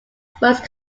first